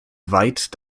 weit